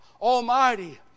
Almighty